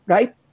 Right